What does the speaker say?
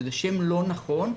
שזה שם לא נכון,